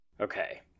okay